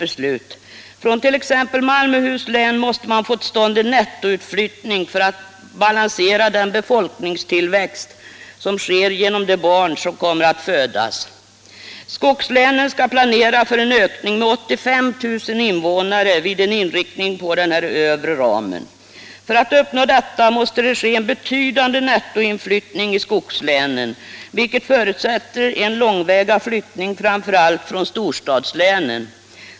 För Malmöhus län måste man t.ex. få till stånd en nettoutflyttning för att balansera den befolkningstillväxt som sker genom de barn som kommer att födas där. Skogslänen skall planera för en ökning med 85 000 invånare vid en inriktning på den övre ramen. Men för att man skall uppnå detta måste det ske en betydande nettoinflyttning i skogslänen, vilket förutsätter en långväga flyttning från framför allt storstadslänen.